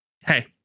hey